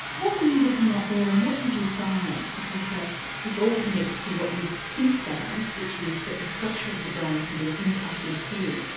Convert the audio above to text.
what were you looking at there, and what did you find because so this all connects to what you've since found, which is that the structure of the brain can be impacted too.